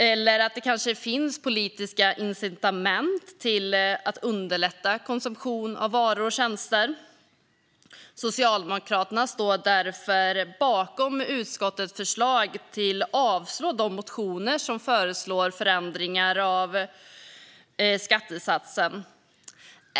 Det kanske också kan finnas politiska incitament till att underlätta konsumtion av varor och tjänster. Socialdemokraterna står därför bakom utskottets förslag att avslå de motioner som föreslår förändringar av skattesatsen.